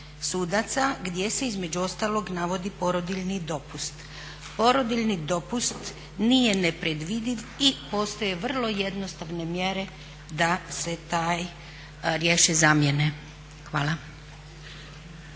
gdje se između ostalog navodi porodiljni dopust. Porodiljni dopust nije nepredvidiv i postoje vrlo jednostavne mjere da se taj riješe zamjene. Hvala.